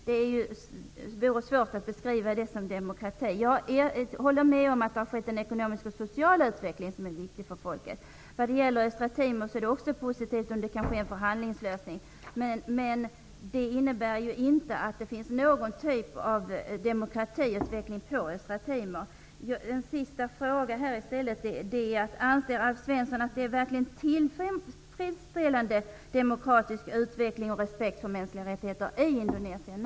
Det vore svårt att beskriva detta som demokrati. Jag håller med om att det har skett en ekonomisk och social utveckling som är viktig för folket. När det gäller Östra Timor är det också positivt om det kan bli en förhandlingslösning. Men det innebär inte att det finns något slags demokratiutveckling på Östra Timor. Jag vill ställa en sista fråga: Anser Alf Svensson verkligen att det nu sker en tillfredsställande utveckling av demokrati och respekt för mänskliga rättigheter i Indonesien?